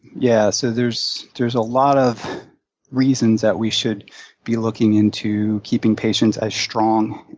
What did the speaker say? yeah, so there's there's a lot of reasons that we should be looking into keeping patients as strong